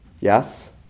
yes